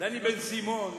דני בן-סימון,